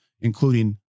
including